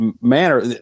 manner